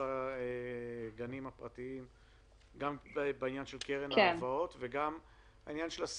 לגנים הפרטיים בכל הנוגע לקרן ההלוואות ולסיוע?